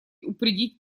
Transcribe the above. упредить